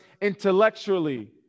intellectually